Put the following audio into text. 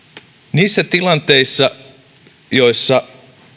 niissä tilanteissa joissa